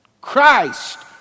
Christ